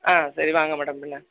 ஆ சரி வாங்க மேடம் பிண்ண